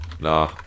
Nah